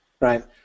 right